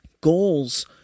Goals